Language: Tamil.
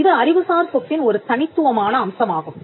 இது அறிவுசார் சொத்தின் ஒரு தனித்துவமான அம்சமாகும்